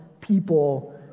people